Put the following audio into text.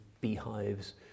beehives